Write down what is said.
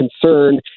concern